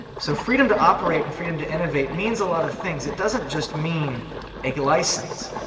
so freedom to operate and freedom to innovate means a lot of things. it doesn't just mean a licence,